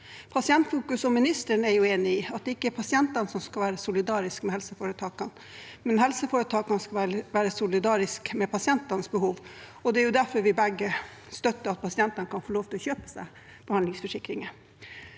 Pasientfokus og ministeren er enig i at det ikke er pasientene som skal være solidariske med helseforetakene, men helseforetakene som skal være solidariske med pasientenes behov. Det er derfor vi begge støtter at pasientene kan få lov til å kjøpe seg behandlingsforsikringer.